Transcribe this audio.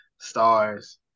stars